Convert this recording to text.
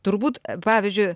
turbūt pavyzdžiui